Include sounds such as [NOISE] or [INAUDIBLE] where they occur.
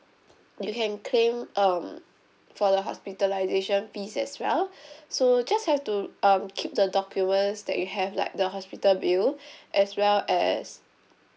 you can claim um for the hospitalisation fees as well [BREATH] so just have to um keep the documents that you have like the hospital bill as well as